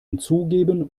hinzugeben